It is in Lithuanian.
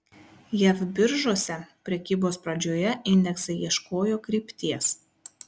jav biržose prekybos pradžioje indeksai ieškojo krypties